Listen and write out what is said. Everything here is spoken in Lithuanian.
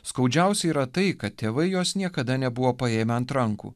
skaudžiausia yra tai kad tėvai jos niekada nebuvo paėmę ant rankų